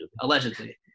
allegedly